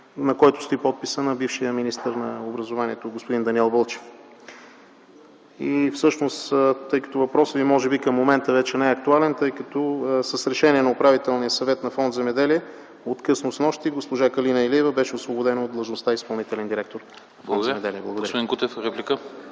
на който стои подписът на бившия министър на образованието господин Даниел Вълчев. Въпросът Ви може би към момента вече не е актуален, тъй като с решение на Управителния съвет на Фонд „Земеделие” от късно снощи госпожа Калина Илиева беше освободена от длъжността „изпълнителен директор”. Благодаря. ПРЕДСЕДАТЕЛ АНАСТАС